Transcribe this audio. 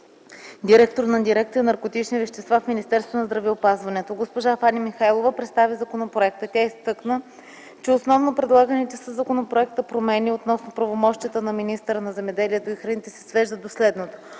директор на дирекция “Наркотични вещества” в Министерството на здравеопазването. Госпожа Фани Михайлова представи законопроекта. Тя изтъкна, че основно предлаганите със законопроекта промени, относно правомощията на министъра на земеделието и храните се свеждат до следното: